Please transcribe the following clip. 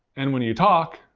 and when you talk,